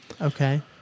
okay